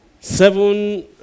Seven